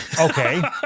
Okay